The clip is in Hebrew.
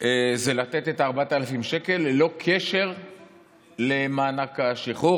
זה לתת את ה-4,000 שקל ללא קשר למענק השחרור.